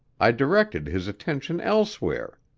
i directed his attention elsewhere.